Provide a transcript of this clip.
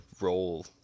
role